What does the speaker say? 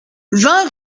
vingt